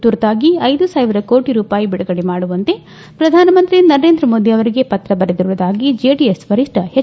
ತುರ್ತಾಗಿ ಐದು ಸಾವಿರ ಕೋಟಿ ರೂಪಾಯಿ ಬಿಡುಗಡೆ ಮಾಡುವಂತೆ ಪ್ರಧಾನಮಂತ್ರಿ ನರೇಂದ್ರ ಮೋದಿ ಅವರಿಗೆ ಪತ್ರ ಬರೆದಿರುವುದಾಗಿ ಜೆಡಿಎಸ್ ವರಿಷ್ಠ ಹೆಚ್